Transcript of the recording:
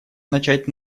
начать